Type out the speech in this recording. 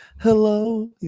hello